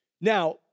Now